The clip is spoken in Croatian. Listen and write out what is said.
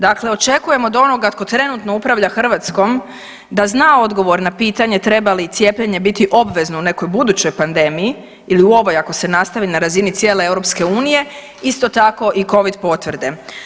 Dakle, očekujem od onoga tko trenutno upravlja Hrvatskom da zna odgovor na pitanje treba li cijepljenje biti obvezno u nekoj budućoj pandemiji ili u ovoj ako se nastavi na razini cijele EU, isto tako i Covid potvrde.